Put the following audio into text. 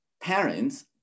Parents